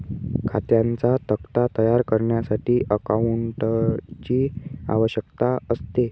खात्यांचा तक्ता तयार करण्यासाठी अकाउंटंटची आवश्यकता असते